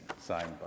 signed